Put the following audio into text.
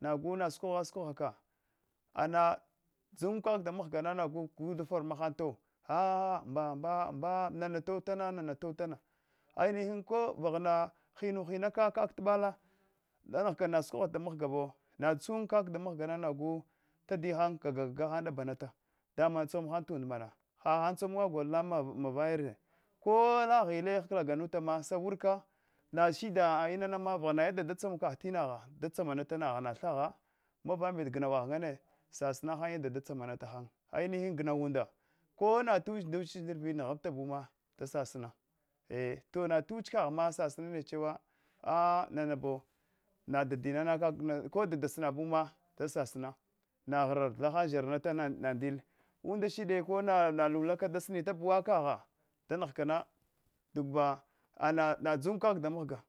nagu nasukoghka, nasukoghka gna dzun kaka damghga gufor mahan lau, a mɓa, mɓa nana tautana nana tautana ainihim kovaghana hinan hinka laɓala vita nghaka nasukogh danghga bo, natsun kak da mghga, nagu tadiya han, gagga gagga han da ɗabanata dama tsom han tu umta mana, hahan tsom unda golna mavayare ko ala ghilli halaganuntana sa wurka nashida inanama vaghana yadanda da tsomka tinagha da tsamanta vayahan, vaghana thagha, ko vamɓet gnau ngane sasinahanne yaddanda da tsamanantahan, ainihin gnauwa unda kona ta wichin wuch ndrviɗe ma nghanta buma da sasinahan, eto nawache kaghma sasinanehewa, a nana bo na dadina kakna, ko dada sanabu da sasina naghral tha kab da zharanata ndile unda shiɗe kona kona bilaka da sinitabuwa kakgha, da nghkama dabana dzunkaka damghga.